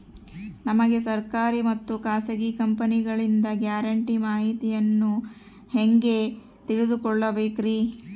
ನಮಗೆ ಸರ್ಕಾರಿ ಮತ್ತು ಖಾಸಗಿ ಕಂಪನಿಗಳಿಂದ ಗ್ಯಾರಂಟಿ ಮಾಹಿತಿಯನ್ನು ಹೆಂಗೆ ತಿಳಿದುಕೊಳ್ಳಬೇಕ್ರಿ?